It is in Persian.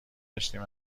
داشتیم